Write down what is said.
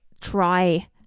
try